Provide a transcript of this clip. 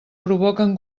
provoquen